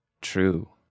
true